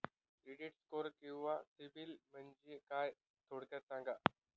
Credit score किंवा CIBIL म्हणजे काय? थोडक्यात सांगा